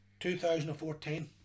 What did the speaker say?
2014